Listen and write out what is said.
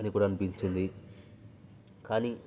అని కూడా అనిపించింది కానీ